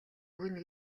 өгнө